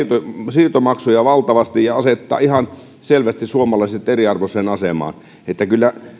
siirtomaksuja valtavasti ja asettaa ihan selvästi suomalaiset eriarvoiseen asemaan kyllä